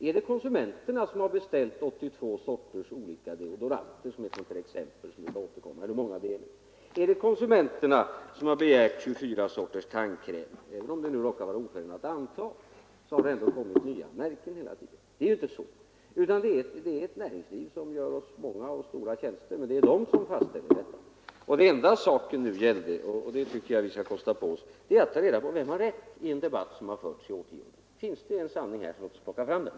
Är det konsumenterna som har beställt 82 olika sorters deodoranter — ett exempel som brukar återkomma? Är det konsumenterna som har begärt 24 sorters tandkräm? — även om det antalet råkar vara oförändrat så har det ändå kommit nya märken hela tiden. Nej, det är näringslivet, som gör oss många och stora tjänster, som fastställer de här behoven. Det enda saken nu gäller är att ta reda på — och det tycker jag vi skall kosta på oss — vem som har rätt i en debatt som har förts i årtionden. Finns det en sanning här, så plocka fram den!